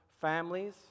families